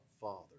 Father